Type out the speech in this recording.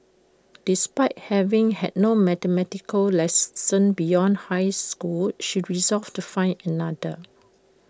despite having had no mathematical lessons beyond high school she resolved to find another